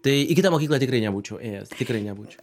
tai į kitą mokyklą tikrai nebūčiau ėjęs tikrai nebūčiau